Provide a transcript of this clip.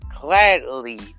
gladly